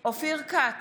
בהצבעה אופיר כץ,